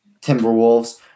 Timberwolves